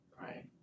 right